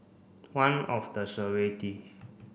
one of the